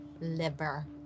liver